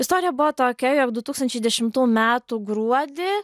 istorija buvo tokia jog du tūkstančiai dešimtų metų gruodį